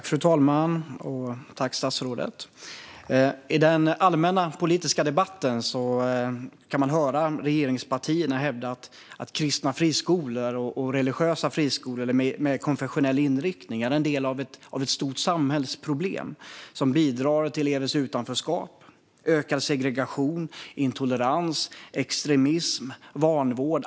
Fru talman! Tack, statsrådet! I den allmänna politiska debatten kan man höra regeringspartierna hävda att kristna eller religiösa friskolor med konfessionell inriktning är en del av ett stort samhällsproblem som bidrar till elevers utanförskap, ökad segregation, intolerans, extremism och vanvård.